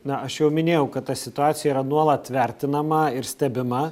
na aš jau minėjau kad ta situacija yra nuolat vertinama ir stebima